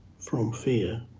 from fear?